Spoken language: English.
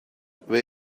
were